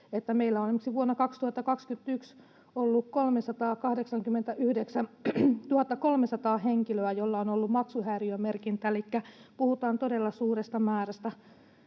esimerkiksi vuonna 2021 on ollut 389 300 henkilöä, joilla on ollut maksuhäiriömerkintä. Elikkä puhutaan todella suuresta määrästä